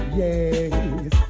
yes